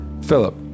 Philip